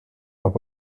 noch